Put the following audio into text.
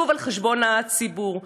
שוב על חשבון הציבור.